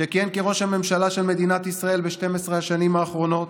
שכיהן כראש הממשלה של מדינת ישראל ב-12 השנים האחרונות,